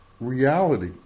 reality